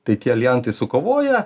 tai tie aljansai sukovoja